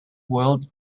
world